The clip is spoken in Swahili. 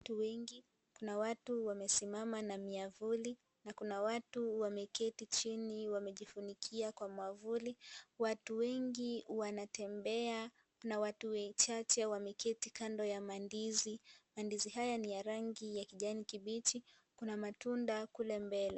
Watu wengi, kuna watu wamesimama na miavuli na kuna watu wameketi chini wamejifunikia Kwa mwavuli, watu wengi wanatembea na watu wachache wameketi kando ya mandizi na ndizi haya ni ya rangi ya kijani kibichi, kuna matunda kule mbele.